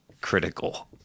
critical